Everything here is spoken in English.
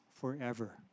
forever